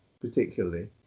particularly